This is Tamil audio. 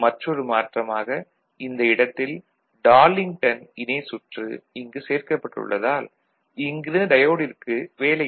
மற்றொரு மாற்றமாக இந்த இடத்தில் டார்லிங்டன் இணை சுற்று இங்கு சேர்க்கப்பட்டுள்ளதால் இங்கிருந்த டயோடிற்கு வேலையில்லை